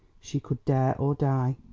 she could dare or die.